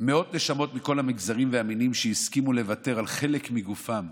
מאות נשמות מכל המגזרים והמינים שהסכימו לוותר על חלק מגופם,